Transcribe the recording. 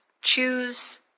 choose